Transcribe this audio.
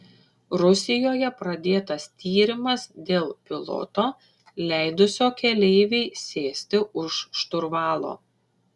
rusijoje pradėtas tyrimas dėl piloto leidusio keleivei sėsti už šturvalo